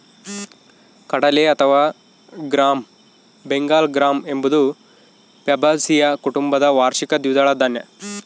ಕಡಲೆ ಅಥವಾ gram Bengal gram ಎಂಬುದು ಫ್ಯಾಬಾಸಿಯ ಕುಟುಂಬದ ವಾರ್ಷಿಕ ದ್ವಿದಳ ಧಾನ್ಯ